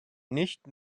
nicht